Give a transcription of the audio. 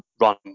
run